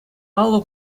алӑ